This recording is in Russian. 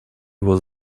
его